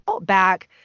back